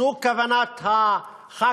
זאת כוונה הח"כית.